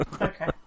Okay